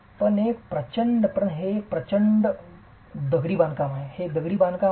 पण हे एक प्रचंड दगडी बांधकाम आहे हे दगडी बांधकाम आहे